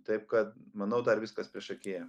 taip kad manau dar viskas priešakyje